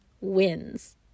wins